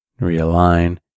realign